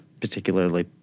particularly